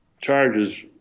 charges